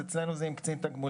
אצלנו זה עם קצין תגמולים.